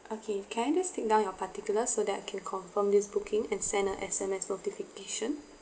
okay can I just take down your particular so that I can confirm this booking and send a S_M_S notification